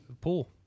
Pool